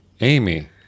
Amy